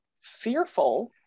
fearful